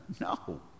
No